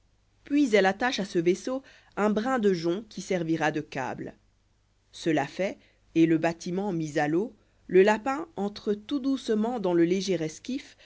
puis elle attache à ce vaisseau un brin de jonc qui servira de câble cela fait et le bâtiment mis s l'eau le lapin entre tout doucement dans le léger esquif